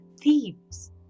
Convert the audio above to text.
thieves